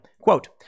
quote